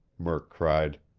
murk cried.